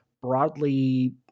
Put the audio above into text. broadly